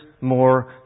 more